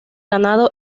ganado